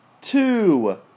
two